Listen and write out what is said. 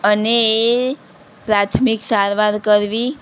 અને પ્રાથમિક સારવાર કરવી